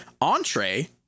Entree